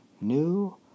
new